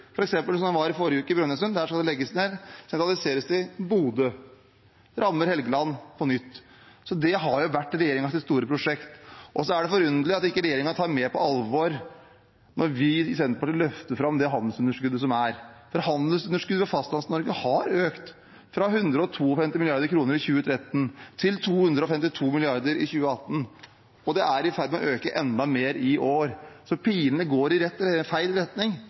f.eks. der jeg var i forrige uke, i Brønnøysund, der det skal legges ned og sentraliseres til Bodø. Det rammer Helgeland på nytt. Dette har vært regjeringens store prosjekt. Så er det forunderlig at ikke regjeringen tar det mer på alvor når vi i Senterpartiet løfter fram det handelsunderskuddet som er. For handelsunderskuddet for Fastlands-Norge har økt fra 152 mrd. kr i 2013 til 252 mrd. kr. i 2018, og det er i ferd med å øke enda mer i år. Så pilene går i feil retning.